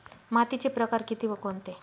मातीचे प्रकार किती व कोणते?